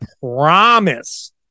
promise